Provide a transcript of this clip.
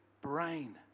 brain